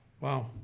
wow